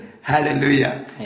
Hallelujah